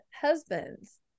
husbands